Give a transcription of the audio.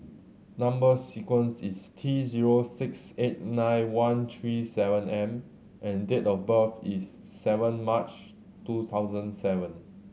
number sequence is T zero six eight nine one three seven M and date of birth is seven March two thousand seven